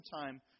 time